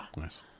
Nice